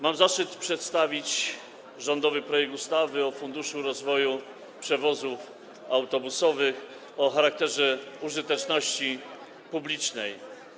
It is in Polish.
Mam zaszczyt przedstawić rządowy projekt ustawy o Funduszu rozwoju przewozów autobusowych o charakterze użyteczności publicznej.